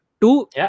Two